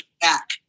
back